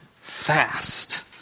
fast